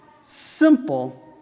simple